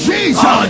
Jesus